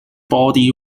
body